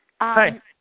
Hi